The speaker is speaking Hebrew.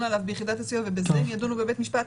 עליו ביחידת הסיוע ובזה הם ידונו בבית משפט,